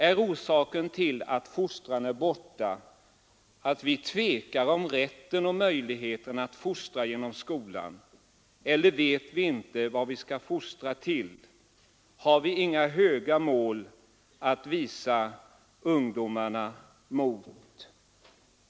Är orsaken till att ordet fostran tagits bort, att vi tvekar om rätten och möjligheten att fostra inom skolan, eller vet vi inte vad vi skall fostra till? Har vi inga höga mål att visa ungdomarna mot?